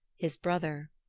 his brother.